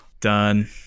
done